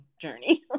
journey